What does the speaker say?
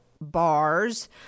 bars